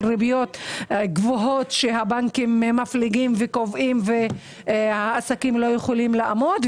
ריביות גבוהות שהבנקים קובעים והעסקים לא יכולים לעמוד בהם,